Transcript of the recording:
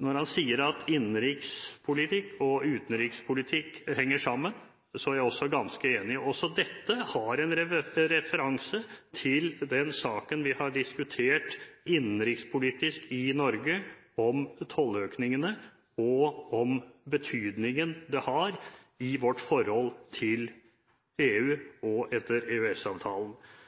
Når han sier at innenrikspolitikk og utenrikspolitikk henger sammen, er jeg også ganske enig. Også dette har en referanse til den saken vi har diskutert innenrikspolitisk i Norge om tolløkningene og om betydningen det har i vårt forhold til